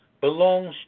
belongs